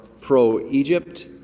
pro-Egypt